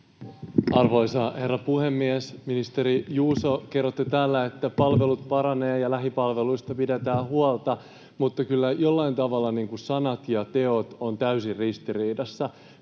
Arvoisa herra puhemies! Ministeri Juuso, kerroitte täällä, että palvelut paranevat ja lähipalveluista pidetään huolta, mutta kyllä jollain tavalla sanat ja teot ovat täysin ristiriidassa.